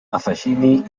afegim